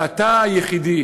ואתה היחידי